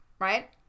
right